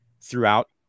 throughout